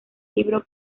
libro